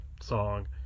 song